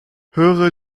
höhere